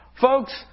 Folks